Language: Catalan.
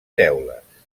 teules